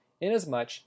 inasmuch